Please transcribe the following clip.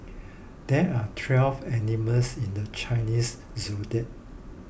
there are twelve animals in the Chinese zodiac